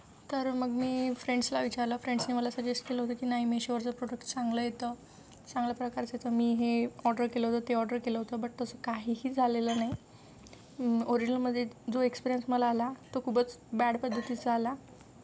तर मग मी फ्रेंड्सला विचारलं फ्रेंडसनी मला सजेस्ट केलं होतं की नाही मेशोवरचं प्रोडक्ट चांगलं येतं चांगल्या प्रकारचं तर मी हे ऑर्डर केलं होतं ते ऑर्डर केलं होतं बट तसं काहीही झालेलं नाही ओरिजनलमध्ये जो एक्सपिरियन्स मला आला तो खूपच बॅड पद्धतीचा आला